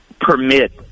permit